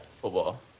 Football